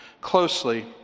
closely